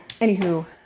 Anywho